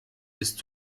ist